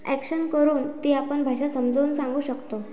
action करून ती आपण भाषा समजवून सांगू शकतो